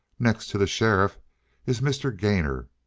next to the sheriff is mr. gainor.